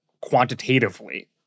quantitatively